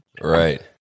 Right